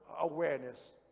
awareness